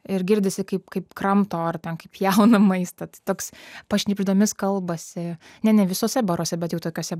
ir girdisi kaip kaip kramto ar ten kaip pjauna maistą tai toks pašnibždomis kalbasi ne ne visuose baruose bet jau tokiuose